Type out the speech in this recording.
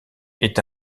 est